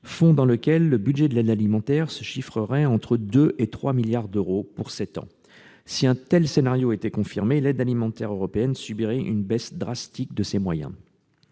fonds dans lequel le budget de l'aide alimentaire se chiffrerait entre 2 et 3 milliards d'euros pour sept ans. Si un tel scénario était confirmé, l'aide alimentaire européenne subirait une baisse drastique de ses moyens.